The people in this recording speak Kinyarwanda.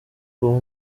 ubu